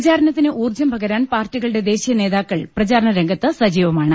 പ്രചാരണത്തിന് ഊർജ്ജം പകരാൻ പാർട്ടികളുടെ ദേശീയ നേതാക്കൾ പ്രചാരണരംഗത്ത് സജീവമാണ്